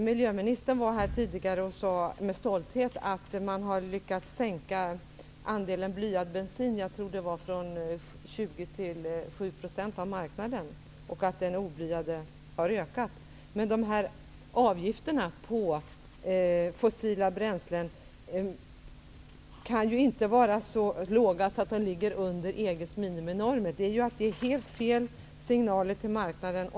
Miljöministern sade med stolthet tidigare att man har lyckats sänka andelen blyad bensin från 20 % till 7 % av marknaden medan den oblyade andelen har ökat. Men avgifterna på fossila bränslen kan ju inte vara så låga att de ligger under EG:s miniminormer. Det är ju att ge helt felaktiga signaler till marknaden.